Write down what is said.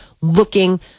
looking